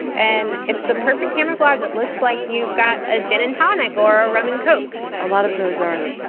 and it's the perfect camouflage. it looks like you've got a gin and tonic or a rum and coke a lot of those are like,